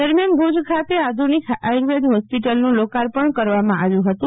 દરમિયાન ભુજ ખાતે આધુનિક આર્યુવેદ હોસ્પિટલનું લોકર્પણ કરવામાં આવ્યું હતું